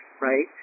right